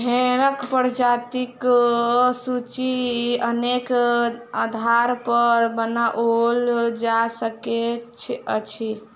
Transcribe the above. भेंड़क प्रजातिक सूची अनेक आधारपर बनाओल जा सकैत अछि